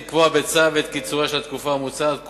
לקבוע בצו את קיצורה של התקופה המוצעת,